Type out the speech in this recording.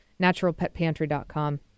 naturalpetpantry.com